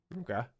Okay